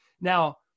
Now